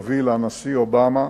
הוביל הנשיא אובמה,